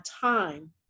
time